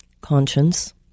conscience